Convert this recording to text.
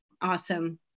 Awesome